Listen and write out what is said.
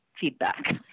feedback